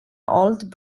old